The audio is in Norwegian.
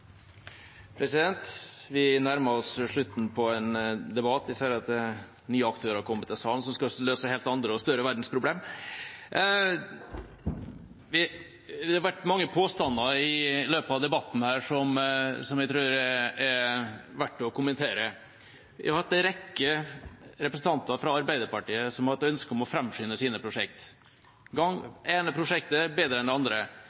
Vi nærmer oss slutten på debatten. Jeg ser at nye aktører, som skal løse helt andre og større verdensproblemer, har kommet inn i salen. Det har vært mange påstander i løpet av denne debatten som jeg tror det er verdt å kommentere. Det har vært en rekke representanter fra Arbeiderpartiet som har hatt ønsker om å framskynde sine prosjekter – det ene prosjektet bedre enn det andre.